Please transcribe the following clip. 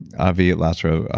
avi lasarow,